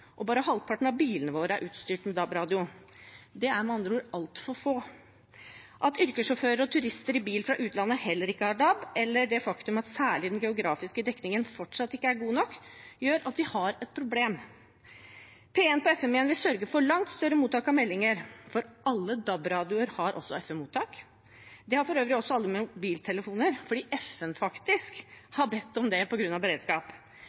og bare halvparten av bilene våre er utstyrt med DAB-radio. Det er med andre ord altfor få. At yrkessjåfører og turister i biler fra utlandet heller ikke har DAB, og det faktum at særlig den geografiske dekningen fortsatt ikke er god nok, gjør at vi har et problem. P1 på FM-nettet igjen vil sørge for langt større mottak av meldinger, for alle DAB-radioer har også FM-mottaker. Det har for øvrig også alle mobiltelefoner, for FN har faktisk